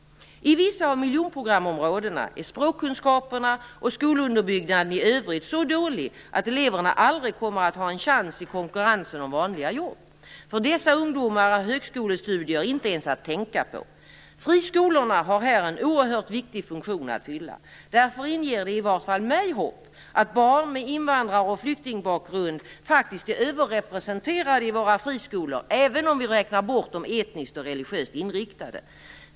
I vissa av miljonprogramområdena är språkkunskaperna och skolunderbyggnaden i övrigt så dålig att eleverna aldrig kommer att ha en chans i konkurrensen om vanliga jobb. För dessa ungdomar är högskolestudier inte ens att tänka på. Friskolorna har här en oerhört viktig funktion att fylla. Därför inger det i vart fall mig hopp att barn med invandrar och flyktingbakgrund faktiskt är överrepresenterade i våra friskolor, även om vi räknar bort etniskt och religiöst inriktade.